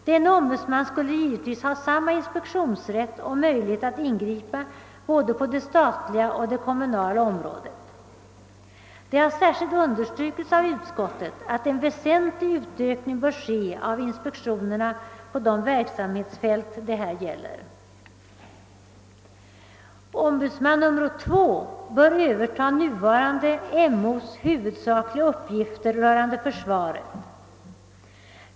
Denne ombudsman skulle givetvis ha samma inspektionsrätt och möjlighet att ingripa både på det sakliga och på det kommunala området. Det har särskilt understrukits av utskottet att en väsentlig utökning bör ske av inspektionerna på de verksamhetsfält det här gäller. Ombudsman nummer två bör överta nuvarande MO:s huvudsakliga uppgifter rörande försvaret.